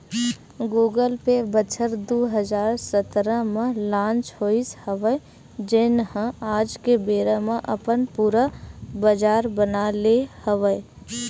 Google Pay बछर दू हजार सतरा म लांच होइस हवय जेन ह आज के बेरा म अपन पुरा बजार बना ले हवय